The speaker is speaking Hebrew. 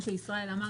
אמר,